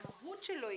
שינוי.